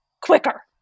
quicker